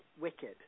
Wicked